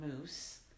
Moose